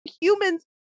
humans